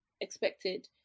Expected